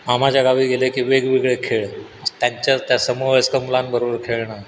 मामाच्या गावी गेलं की वेगवेगळे खेळ त्यांच्या त्या समवयस्क मुलांबरोबर खेळणं